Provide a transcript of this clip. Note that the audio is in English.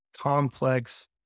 complex